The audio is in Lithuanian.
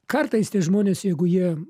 kartais tie žmonės jeigu jie